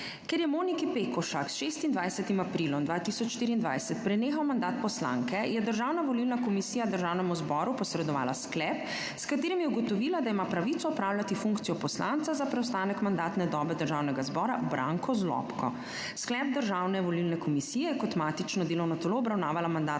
Ker je Moniki Pekošak s 26. aprilom 2024 prenehal mandat poslanke, je Državna volilna komisija Državnemu zboru posredovala sklep, s katerim je ugotovila, da ima pravico opravljati funkcijo poslanca za preostanek mandatne dobe državnega zbora Branko Zlobko. Sklep Državne volilne komisije je kot matično delovno telo obravnavala